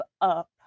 up